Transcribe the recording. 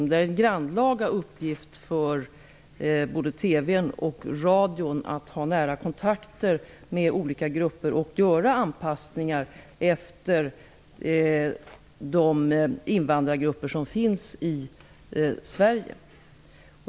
Det är en grannlaga uppgift för både Sveriges Radio och Sveriges Television att ha nära kontakter med olika grupper och göra anpassningar efter de invandrargrupper som finns i Sverige.